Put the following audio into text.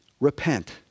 Repent